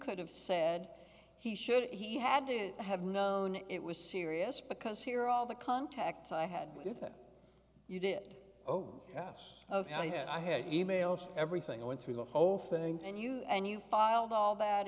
could have said he should he had to have known it was serious because here all the contacts i had with you that you did oh yes i had emails everything i went through the whole thing and you and you filed all that